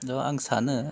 दा आं सानो